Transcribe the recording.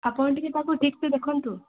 ଆପଣ ଟିକେ ତାଙ୍କୁ ଠିକ୍ ସେ ଦେଖନ୍ତୁ